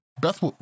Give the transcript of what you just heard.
Beth